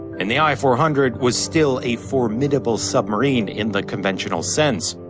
and the i four hundred was still a formidable submarine in the conventional sense.